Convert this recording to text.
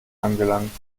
angelangt